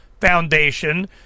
Foundation